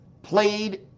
played